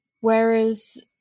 Whereas